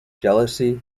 jealousy